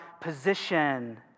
position